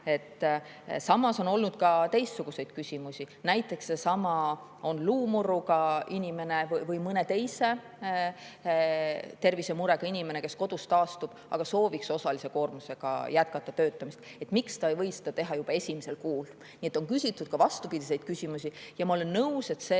Samas on olnud ka teistsuguseid küsimusi. Näiteks seesama, et on luumurruga inimene või mõne teise tervisemurega inimene, kes kodus taastub, aga sooviks osalise koormusega töötada. Miks ta ei või seda teha juba esimesel kuul? Nii et on küsitud ka vastupidiseid küsimusi. Ma olen nõus, et need